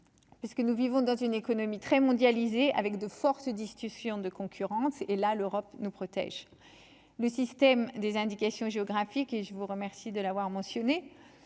que nous vivons dans une économie très mondialisée avec de forces discussion de concurrence et là, l'Europe nous protège le système des indications géographiques et je vous remercie de l'avoir mentionné